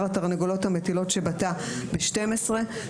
התרנגולות המטילות שבתא בשתים-עשרה.